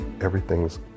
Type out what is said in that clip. everything's